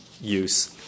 use